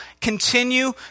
continue